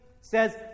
says